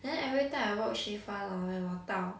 then every time I work shift one then 我到